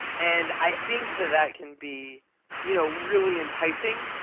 and i think that that can be you know really enticing,